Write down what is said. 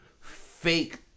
fake